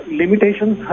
limitations